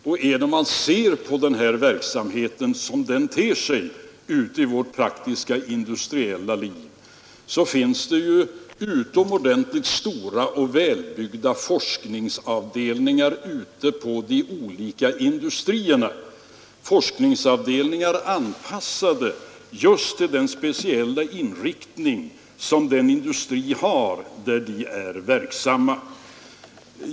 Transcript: Om man ser på verksamheten som den ter sig ute i vårt praktiska industriella liv, så finner man utomordentligt stora och välbyggda forskningsavdelningar på de olika industrierna, forskningsavdelningar anpassade till den speciella inriktning som den industri har där de är verksamma.